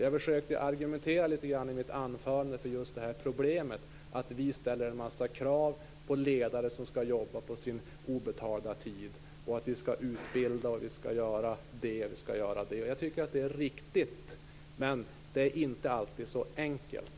Jag försökte i mitt anförande argumentera när det gäller just problemet att vi ställer en massa krav på ledare som skall jobba på sin obetalda tid, att vi skall utbilda och att vi skall göra allt möjligt. Jag tycker att det är riktigt, men det är inte alltid så enkelt.